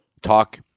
talk